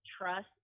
trust